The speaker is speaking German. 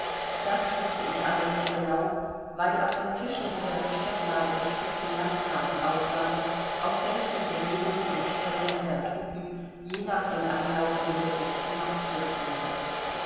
das wußte ich alles so genau weil auf den tischen wieder die stecknadelbespickten landkarten auflagen auf welchen die bewegungen und stellungen der truppen je nach den einlaufenden berichten markiert wurden